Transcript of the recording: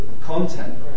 content